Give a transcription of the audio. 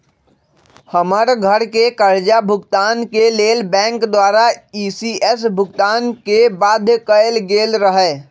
हमर घरके करजा भूगतान के लेल बैंक द्वारा इ.सी.एस भुगतान के बाध्य कएल गेल रहै